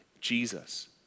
Jesus